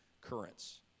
currents